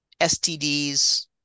STDs